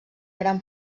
gran